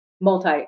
multi